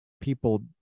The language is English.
people